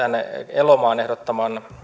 elomaan ehdottaman